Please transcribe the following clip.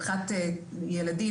מבחינת ילדים,